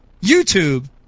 YouTube